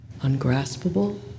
ungraspable